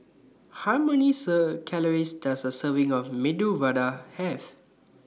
How Many serve Calories Does A Serving of Medu Vada Have